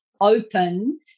open